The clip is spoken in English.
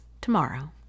tomorrow